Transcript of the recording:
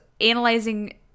analyzing